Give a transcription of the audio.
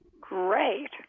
Great